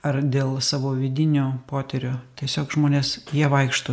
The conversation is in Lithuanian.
ar dėl savo vidinio potyrio tiesiog žmonės jie vaikšto